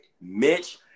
Mitch